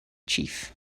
chief